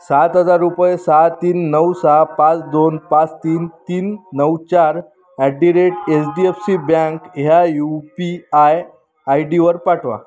सात हजार रुपये सहा तीन नऊ सहा पाच दोन पाच तीन तीन नऊ चार at the rate H D F C bank ह्या यू पी आय आय डीवर पाठवा